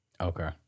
Okay